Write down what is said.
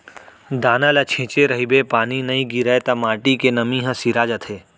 दाना ल छिंचे रहिबे पानी नइ गिरय त माटी के नमी ह सिरा जाथे